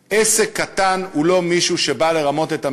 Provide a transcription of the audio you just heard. אתו: עסק קטן הוא לא מישהו שבא לרמות את המדינה,